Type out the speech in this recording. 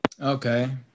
Okay